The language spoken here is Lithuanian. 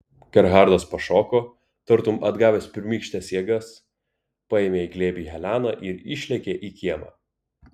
gerhardas pašoko tartum atgavęs pirmykštes jėgas paėmė į glėbį heleną ir išlėkė į kiemą